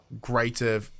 greater